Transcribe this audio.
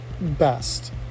best